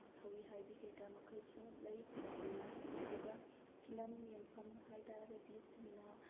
ꯊꯧꯔꯤ ꯍꯥꯏꯕꯤ ꯀꯩꯀꯥ ꯃꯈꯜ ꯁꯨꯅ ꯂꯩ ꯅꯨꯡꯉꯥꯏ ꯑꯗꯨꯒ ꯐꯤꯂꯝ ꯌꯦꯡꯐꯝ ꯍꯥꯏꯇꯔꯒꯗꯤ ꯁꯤꯃꯤꯅꯥ